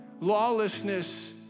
lawlessness